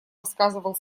рассказывал